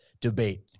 debate